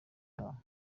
ataha